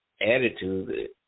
attitude